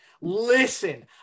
listen